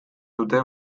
dute